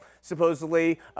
supposedly